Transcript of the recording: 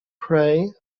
pray